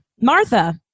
Martha